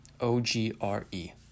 o-g-r-e